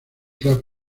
club